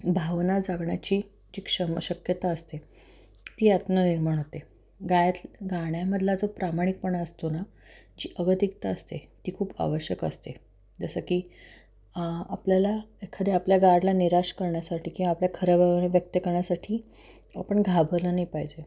भावना जागण्याची जी क्षम शक्यता असते ती आतनं निर्माण होते गात गाण्यामधला जो प्रामाणिकपणा असतो ना जी अगतिकता असते ती खूप आवश्यक असते जसं की आपल्याला एखाद्या आपल्या गाडला निराश करण्यासाठी किंवा आपल्या खऱ्या व्यक्त करण्यासाठी आपण घाबरलं नाही पाहिजे